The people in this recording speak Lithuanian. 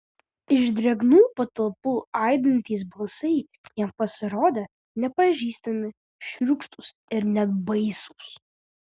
iš drėgnų patalpų aidintys balsai jam pasirodė nepažįstami šiurkštūs ir net baisūs